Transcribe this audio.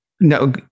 No